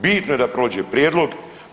Bitno je da prođe prijedlog.